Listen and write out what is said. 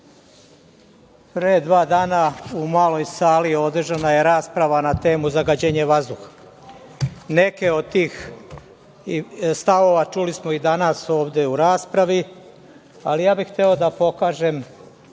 Pre dva dana u maloj sali održana je rasprava na temu zagađenje vazduha. Neke od tih stavova čuli smo i danas ovde u raspravi. Ali, ja bih hteo da pokažem